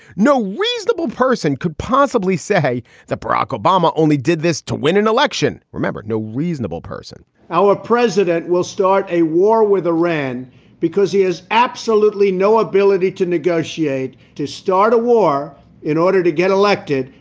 no reasonable person could possibly say that barack obama only did this to win an election. remember, no reasonable person our president will start a war with iran because he has absolutely no ability to negotiate, to start a war in order to get elected.